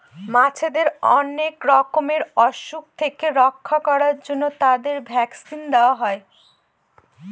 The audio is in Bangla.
মাছেদের অনেক রকমের অসুখ থেকে রক্ষা করার জন্য তাদের ভ্যাকসিন দেওয়া হয়